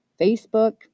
facebook